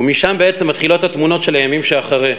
ומשם בעצם מתחילות התמונות של הימים שאחרי.